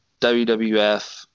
WWF